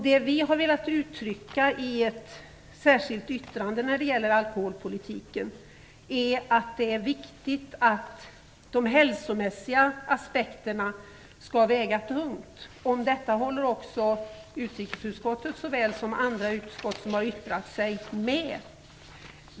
Det vi har velat uttrycka i ett särskilt yttrande när det gäller alkoholpolitiken är att det är viktigt att de hälsomässiga aspekterna väger tungt. Om detta håller också såväl utrikesutskottet som andra utskott som har yttrat sig med.